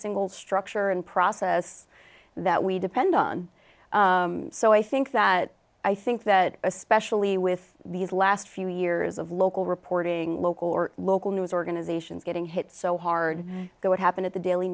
single structure and process that we depend on so i think that i think that especially with these last few years of local reporting local or local news organizations getting hit so hard what happened at the daily